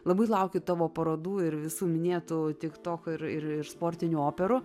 labai laukiu tavo parodų ir visų minėtų tik tokio ir ir sportinių operų